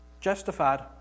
Justified